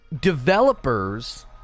Developers